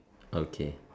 okay